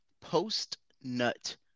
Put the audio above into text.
post-nut